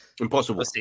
Impossible